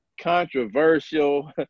controversial